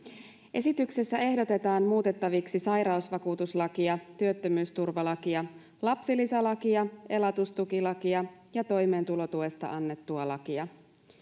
esityksessä ehdotetaan muutettaviksi sairausvakuutuslakia työttömyysturvalakia lapsilisälakia elatustukilakia ja toimeentulotuesta annettua lakia